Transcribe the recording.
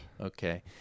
okay